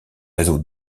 réseau